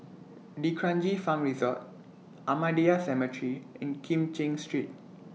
D'Kranji Farm Resort Ahmadiyya Cemetery and Kim Cheng Street